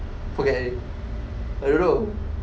forget already I don't know